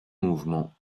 mouvements